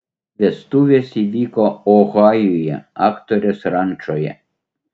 vestuvės įvyko ohajuje aktorės rančoje